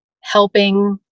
helping